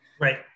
Right